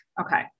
Okay